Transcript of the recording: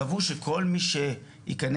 קבעו שכל מי שיכנס,